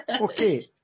Okay